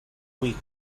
week